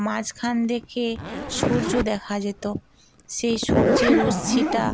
মাঝখান দেখে সূর্য দেখা যেতো সেই সূর্যের রশ্মিটা